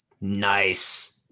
Nice